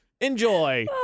Enjoy